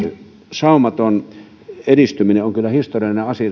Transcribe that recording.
saumaton edistyminen on kyllä historiallinen asia